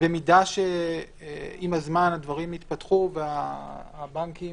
שבמידה ועם הזמן הדברים יתפתחו והבנקים